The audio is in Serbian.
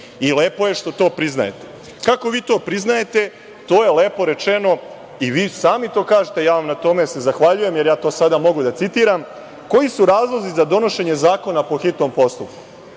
i lepo je što to priznajete. Kako vi to priznajete, to je lepo rečeno, i vi sami to kažete, na tome vam se zahvaljujem, jer to sada mogu da citiram. Koji su razlozi za donošenje zakona po hitnom postupku?